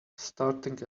starting